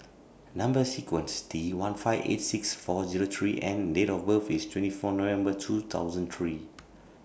cnumber sequence T one five eight six four Zero three N Date of birth IS twenty four November two thousand three